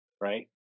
right